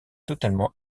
totalement